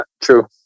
True